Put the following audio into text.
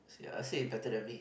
see uh see it better than me